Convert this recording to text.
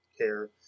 care